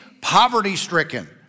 poverty-stricken